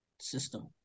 system